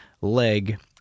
leg